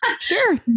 Sure